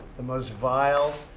the most vile,